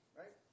right